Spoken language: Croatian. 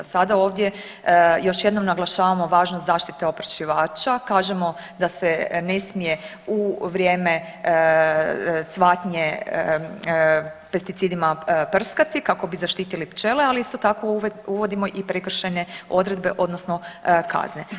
Sada ovdje još jednom naglašavamo važnost zaštite oprašivača, kažemo da se ne smije u vrijeme cvatnje pesticidima prskati kako bi zaštitili pčele, ali isto tako uvodimo i prekršajne odredbe odnosno kazne.